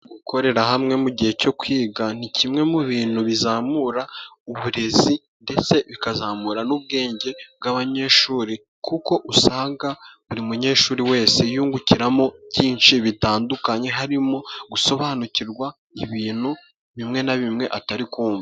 Gukorera hamwe mu gihe cyo kwiga ni kimwe mu bintu bizamura uburezi, ndetse bikazamura n'ubwenge bw'abanyeshuri, kuko usanga buri munyeshuri wese yungukiramo byinshi, bitandukanye harimo gusobanukirwa ibintu bimwe na bimwe atari kumva.